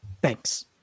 Thanks